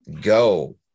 go